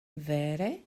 vere